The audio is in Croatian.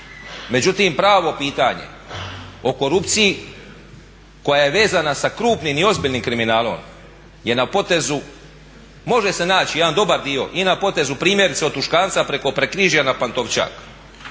Međutim, pravo pitanje o korupciji koja je vezana sa krupnim i ozbiljnim kriminalom je na potezu, može se naći jedan dobar dio i na potezu primjerice od Tuškanca preko Prekrižja na Pantovčak,